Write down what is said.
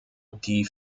die